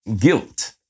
guilt